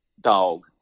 dog